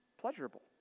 pleasurable